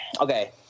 okay